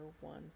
one